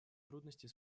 трудностей